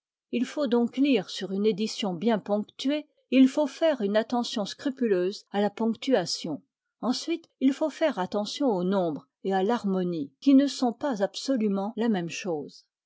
il faut donc lire sur une édition bien ponctuée et il faut faire une attention scrupuleuse à la ponctuation ensuite il faut faire attention au nombre et à l'harmonie qui ne sont pas absolument la même chose